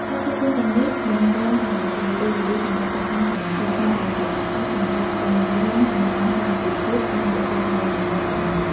ការជួបជុំទាំងនេះមិនត្រឹមតែជាពេលវេលាសម្រាប់កម្សាន្តប៉ុណ្ណោះទេ ថែមទាំងជាឱកាសសម្រាប់ពង្រឹងចំណងសាមគ្គីភាព និងរក្សាទំនៀមទម្លាប់ផងដែរ។